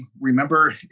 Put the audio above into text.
remember